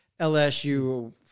LSU